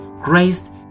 Christ